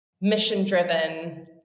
mission-driven